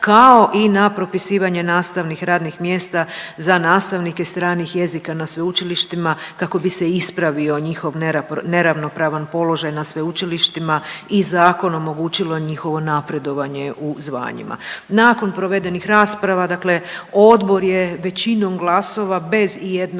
kao i na propisivanje nastavnih radnih mjesta za nastavnike stranih jezika na sveučilištima, kako bi se ispravio njihov neravnopravan položaj na sveučilištima i zakonom omogućilo njihovo napredovanje u zvanjima. Nakon provedenih rasprava, dakle Odbor je većinom glasova bez i jednog